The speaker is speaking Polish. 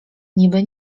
niby